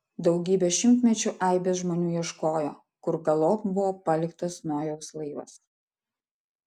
daugybę šimtmečių aibės žmonių ieškojo kur galop buvo paliktas nojaus laivas